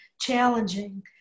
challenging